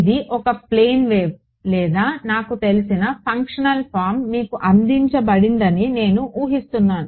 ఇది ఒక plane wave లేదా నాకు తెలిసిన ఫంక్షనల్ ఫారమ్ మీకు అందించబడిందని నేను ఊహిస్తాను